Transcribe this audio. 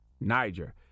Niger